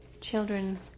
children